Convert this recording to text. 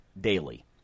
daily